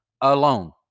alone